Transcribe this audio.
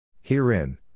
Herein